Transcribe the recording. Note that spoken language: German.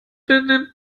benimmt